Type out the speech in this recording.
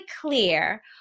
clear